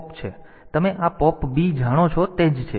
તેથી તમે આ પોપ b જાણો છો તે જ છે